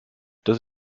dass